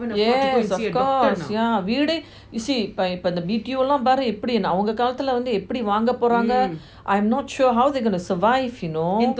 yes of course yeah வீடே:veedey you see இப்போ இந்த:ipo intha the B_T_O lah பாரு எப்பிடி அவங்க காலத்துல எப்பிடி வாங்க போறாங்க:paaru epidi avanga kaalathula epidi vanga poranga I'm not sure how they're going to survive you know